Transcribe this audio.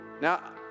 now